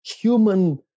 human